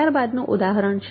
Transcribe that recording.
ત્યારબાદ નું ઉદાહરણ છે